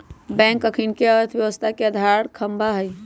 bank अखनिके अर्थव्यवस्था के अधार ख़म्हा हइ